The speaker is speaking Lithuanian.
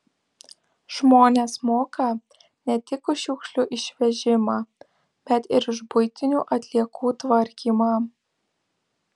žmonės moka ne tik už šiukšlių išvežimą bet ir už buitinių atliekų tvarkymą